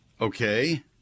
Okay